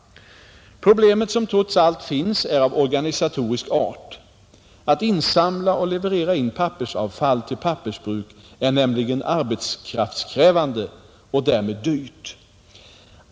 Problemet som trots allt finns är av organisatorisk art. Att insamla och leverera in pappersavfall till pappersbruk är nämligen arbetskraftskrävande och därmed dyrt.